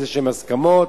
להסכמות,